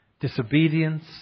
disobedience